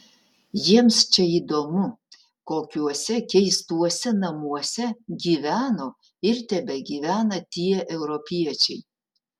jiems čia įdomu kokiuose keistuose namuose gyveno ir tebegyvena tie europiečiai